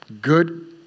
good